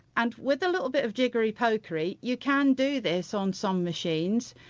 and with a little bit of jiggery pokery you can do this on some machines.